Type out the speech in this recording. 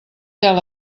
tel